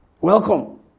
Welcome